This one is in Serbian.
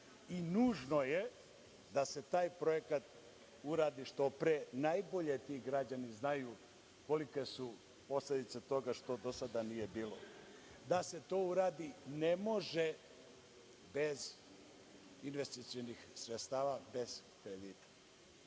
i nužno je da se taj projekat uradi što pre. Najbolje ti građani znaju kolike su posledice toga što do sada nije bilo. Da se to uradi ne može bez investicionih sredstava, bez kredita.